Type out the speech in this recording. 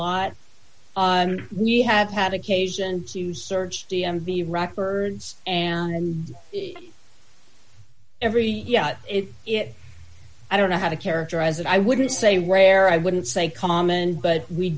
lot we have had occasion to search d m v records and every yeah it's it i don't know how to characterize it i wouldn't say where i wouldn't say common but we